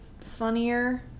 funnier